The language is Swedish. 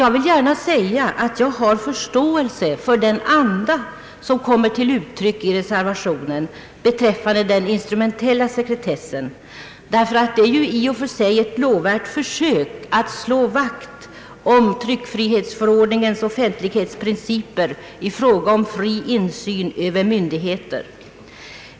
Jag vill gärna säga att jag har förståelse för den anda som kommer till uttryck i reservationen beträffande den instrumentella sekretessen. Det är i och för sig ett lovvärt försök att slå vakt om tryckfrihetsförordningens offentlighetsprinciper i fråga om fri insyn över myndigheter.